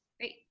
Great